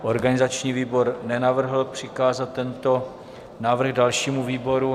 Organizační výbor nenavrhl přikázat tento návrh dalšímu výboru.